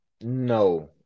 No